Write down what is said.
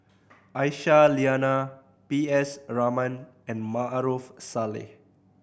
Aisyah Lyana P S Raman and Maarof Salleh